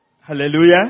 Hallelujah